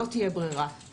לא תהיה ברירה.